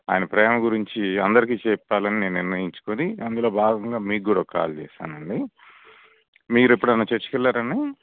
ఆయన ప్రేమ గురించి అందరికీ చెప్పాలని నేను నిర్ణయించుకొని అందులో భాగంగా మీకు కూడా ఒక కాల్ చేశానండి మీరు ఎప్పుడైనా చర్చికి వెళ్లారా అండి